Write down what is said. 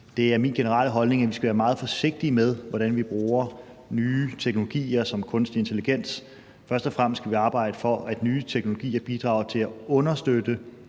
Det er min generelle holdning, at vi skal være meget forsigtige med, hvordan vi bruger nye teknologier som kunstig intelligens. Først og fremmest skal vi arbejde for, at nye teknologier bidrager til at understøtte